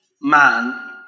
man